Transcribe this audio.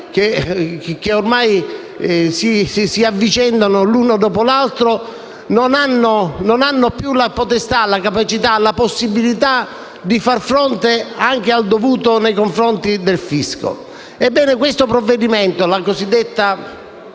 che ormai si avvicendano l'uno dopo l'altro, non hanno più la capacità, la potestà, la possibilità di far fronte anche al dovuto nei confronti del fisco. Ebbene, questo provvedimento, la cosiddetta